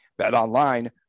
BetOnline